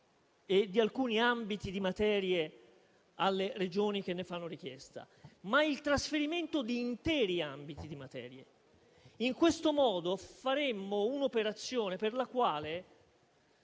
e di alcuni ambiti di materie alle Regioni che ne fanno richiesta, ma anche il trasferimento di interi ambiti di materie. In questo modo, compiremmo un'operazione per la quale